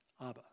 Abba